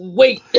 wait